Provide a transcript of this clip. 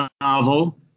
novel